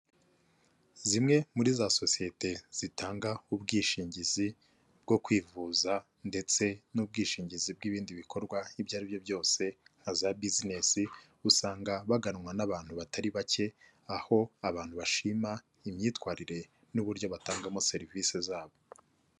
Zimwe muri za sosiyete zitanga ubwishingizi, bwo kwivuza, ndetse n'ubwishingizi bw'ibindi bikorwa, ibyo aribyo byose, nka za bizinesi, usanga baganwa n'abantu batari bake, aho abantu bashima imyitwarire, n'uburyo batangamo serivisi zabo.